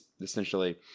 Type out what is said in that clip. essentially